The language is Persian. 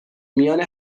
میان